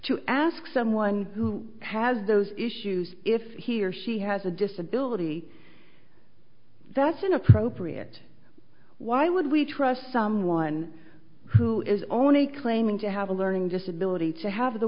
to ask someone who has those issues if he or she has a disability that's inappropriate why would we trust someone who is only claiming to have a learning disability to have the